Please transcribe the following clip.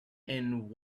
and